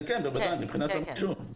כן, בוודאי, מבחינת הרישום.